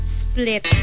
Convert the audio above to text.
split